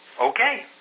okay